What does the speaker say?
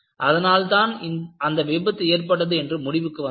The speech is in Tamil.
அதனால்தான் அந்த விபத்து ஏற்பட்டது என்று முடிவுக்கு வந்தார்கள்